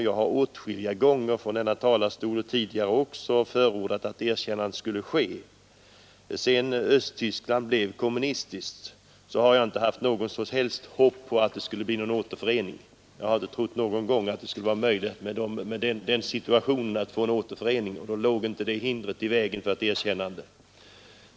Jag har åtskilliga gånger tidigare från denna talarstol förordat att erkännandet skulle ske. Sedan Östtyskland blev kommunistiskt har jag inte haft något som helst hopp om att det skulle bli en återförening och då låg inte det hindret i vägen för ett erkännande.